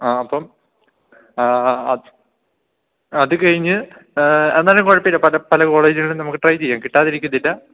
ആ അപ്പം ആ അത് കഴിഞ്ഞ് എന്നാലും കുഴപ്പമില്ല പല പല കോളേജുകളും നമുക്ക് ട്രൈ ചെയ്യാം കിട്ടാതിരിക്കത്തില്ല